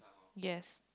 yes